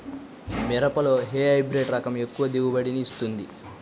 మిరపలో ఏ హైబ్రిడ్ రకం ఎక్కువ దిగుబడిని ఇస్తుంది?